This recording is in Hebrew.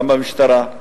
גם במשטרה,